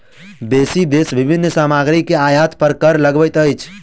बेसी देश विभिन्न सामग्री के आयात पर कर लगबैत अछि